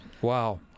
wow